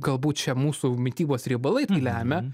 gal būt čia mūsų mitybos riebalai lemia